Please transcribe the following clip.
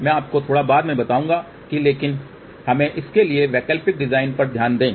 मैं आपको थोड़ा बाद में बताऊंगा कि लेकिन हमें इसके लिए वैकल्पिक डिजाइन पर भी ध्यान दें